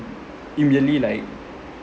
immediately like